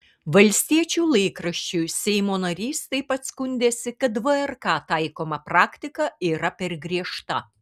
valstiečių laikraščiui seimo narys taip pat skundėsi kad vrk taikoma praktika yra per griežta